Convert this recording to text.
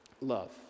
love